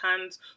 hands